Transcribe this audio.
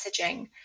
messaging